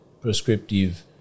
prescriptive